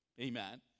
Amen